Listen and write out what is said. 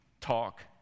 talk